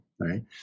right